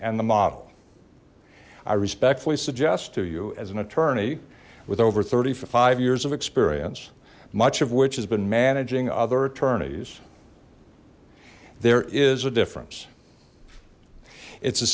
and the model i respectfully suggest to you as an attorney with over thirty five years of experience much of which has been managing other attorneys there is a difference it's the